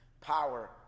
power